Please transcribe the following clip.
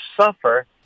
suffer